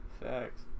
Facts